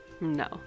No